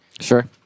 Sure